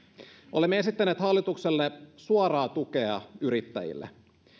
olemme esittäneet hallitukselle suoraa tukea yrittäjille